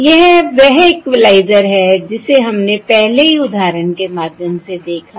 यह वह इक्वलाइज़र है जिसे हमने पहले ही उदाहरण के माध्यम से देखा है